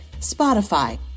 Spotify